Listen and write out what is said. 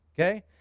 Okay